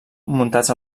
muntats